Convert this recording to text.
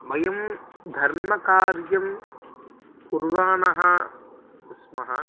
वयं धर्मकार्यं कुर्वाणः स्मः